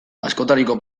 askotariko